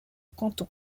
canton